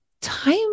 Time